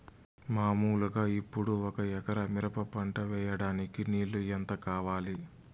మామూలుగా ఇప్పుడు ఒక ఎకరా మిరప పంట వేయడానికి నీళ్లు ఎంత కావాలి?